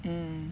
mm